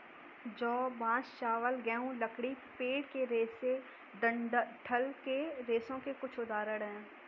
जौ, बांस, चावल, गेहूं, लकड़ी, पेड़ के रेशे डंठल के रेशों के कुछ उदाहरण हैं